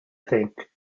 think